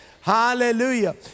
Hallelujah